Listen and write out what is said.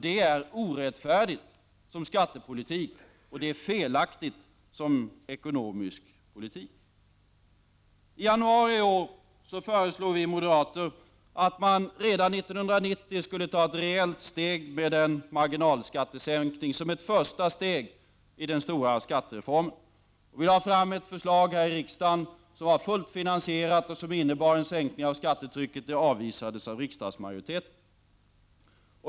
Det är orättfärdigt som skattepolitik, och det är felaktigt som ekonomisk politik. I januari i år föreslog vi moderater att man redan år 1990 skall genomföra en marginalskattesänkning som ett första steg i den stora skattereformen. Vi lade fram ett förslag här i riksdagen, som var fullt finansierat och som innebar en sänkning av skattetrycket. Förslaget avvisades då av riksdagsmajoriteten.